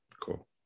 Cool